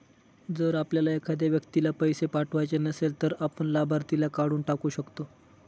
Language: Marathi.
जर आपल्याला एखाद्या व्यक्तीला पैसे पाठवायचे नसेल, तर आपण लाभार्थीला काढून टाकू शकतो